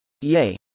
Yay